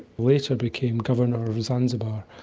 later became governor of zanzibar.